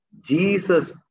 Jesus